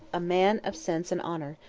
a man of sense and honour,